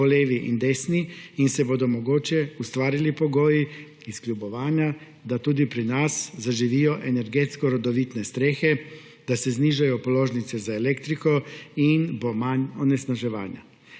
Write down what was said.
in desni, in se bodo mogoče iz kljubovanja ustvarili pogoji, da tudi pri nas zaživijo energetsko rodovitne strehe, da se znižajo položnice za elektriko in bo manj onesnaževanja.